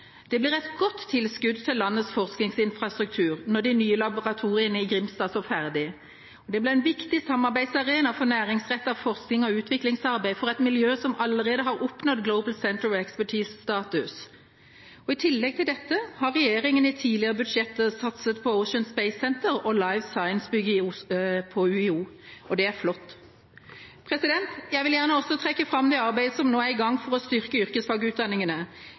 Det blir et godt tilskudd til landets forskningsinfrastruktur når de nye laboratoriene i Grimstad står ferdig. Det blir en viktig samarbeidsarena for næringsrettet forsknings- og utviklingsarbeid for et miljø som allerede har oppnådd Global Center of Expertise-status. I tillegg til dette har regjeringa i tidligere budsjetter satset på Ocean Space Centre og Life Science-bygget på UiO. Det er flott. Jeg vil gjerne også trekke fram det arbeidet som nå er i gang for å styrke yrkesfagutdanningene.